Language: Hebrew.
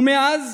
ומאז